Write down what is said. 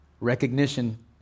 recognition